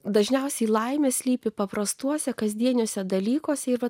dažniausiai laimė slypi paprastuose kasdieniuose dalykuose ir